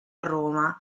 roma